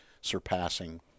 surpassing